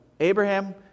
Abraham